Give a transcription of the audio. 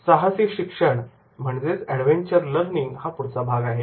साहसी शिक्षण adventure learning हा पुढचा भाग आहे